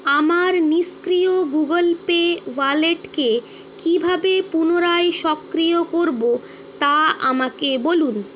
আমার নিষ্ক্রিয় Google Pay ওয়ালেটকে কীভাবে পুনরায় সক্রিয় করবো তা আমাকে বলুন